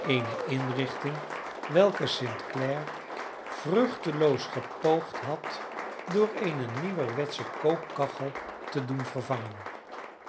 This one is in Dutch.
eene inrichting welke st clare vruchteloos gepoogd had door eene nieuwerwetsche kookkachel te doen vervangen